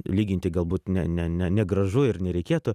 lyginti galbūt ne ne ne negražu ir nereikėtų